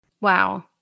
Wow